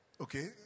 okay